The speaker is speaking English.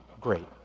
Great